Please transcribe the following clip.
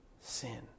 sin